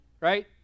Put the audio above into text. right